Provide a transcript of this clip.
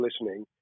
listening